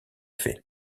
fait